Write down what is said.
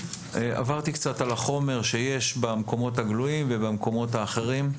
עברתי קצת על החומר שיש במקומות הגלויים ובמקומות האחרים.